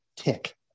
tick